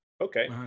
Okay